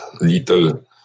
little